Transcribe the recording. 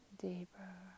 deeper